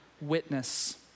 witness